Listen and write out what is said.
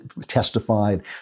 testified